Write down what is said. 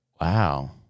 Wow